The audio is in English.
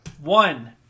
one